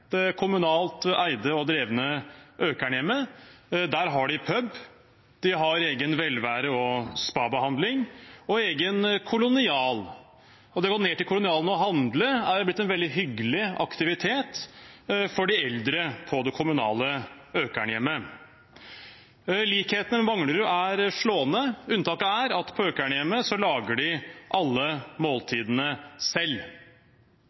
det kommunalt eide og drevne Økernhjemmet. Der har de pub, egen velvære- og spabehandling og egen kolonial. Det å gå ned til kolonialen og handle er blitt en veldig hyggelig aktivitet for de eldre på det kommunale Økernhjemmet. Likheten med Manglerudhjemmet er slående. Unntaket er at på Økernhjemmet lager de alle måltidene selv.